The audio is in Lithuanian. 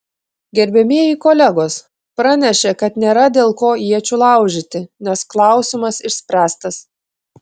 gerbiamieji kolegos pranešė kad nėra dėl ko iečių laužyti nes klausimas išspręstas